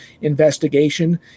investigation